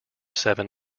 seven